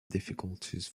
difficulties